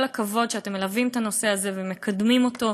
כל הכבוד שאתם מלווים את הנושא הזה ומקדמים אותו.